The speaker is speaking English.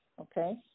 Okay